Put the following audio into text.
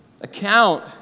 account